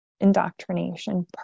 indoctrination